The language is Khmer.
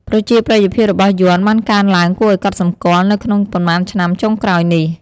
ប្រជាប្រិយភាពរបស់យ័ន្តបានកើនឡើងគួរឱ្យកត់សម្គាល់នៅក្នុងប៉ុន្មានឆ្នាំចុងក្រោយនេះ។